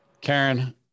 Karen